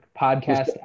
Podcast